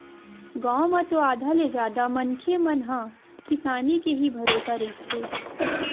गाँव म तो आधा ले जादा मनखे मन ह किसानी के ही भरोसा रहिथे